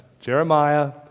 Jeremiah